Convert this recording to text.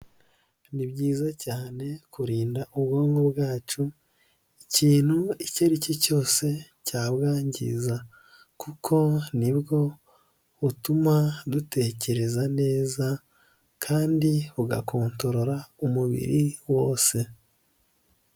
Ni byiza cyane kurinda ubwonko bwacu ikintu icyo ari cyo cyose cyabwangiza, kuko ni bwo butuma dutekereza neza kandi bugakontorora umubiri wose.